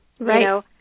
Right